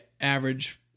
average